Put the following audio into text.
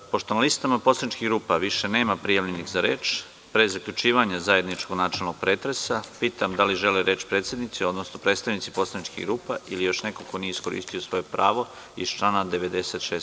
Pošto na listama poslaničkih grupa više nema prijavljenih za reč, pre zaključivanja zajedničkog načelnog pretresa, pitam da li žele reč predsednici, odnosno predstavnici poslaničkih grupa ili još neko ko nije iskoristio svoje pravo iz člana 96.